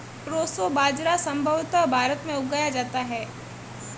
proso बाजरा संभवत भारत में उगाया जाता है